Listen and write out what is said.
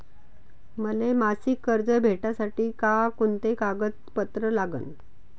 मले मासिक कर्ज भेटासाठी का कुंते कागदपत्र लागन?